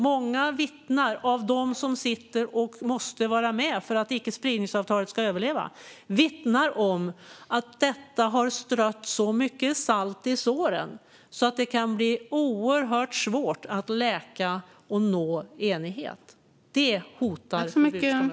Många av dem som måste vara med för att icke-spridningsavtalet ska överleva vittnar om att detta har strött så mycket salt i såren att det kan bli oerhört svårt att läka och nå enighet. Det hotar förbudskonventionen.